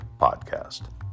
Podcast